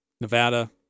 Nevada